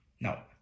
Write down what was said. Now